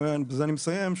ובזה אני מסיים,